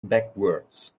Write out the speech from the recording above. backwards